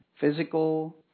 physical